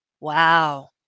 Wow